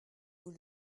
vous